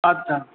আচ্ছা